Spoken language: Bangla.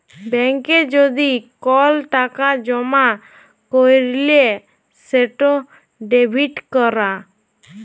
ব্যাংকে যদি কল টাকা জমা ক্যইরলে সেট ডেবিট ক্যরা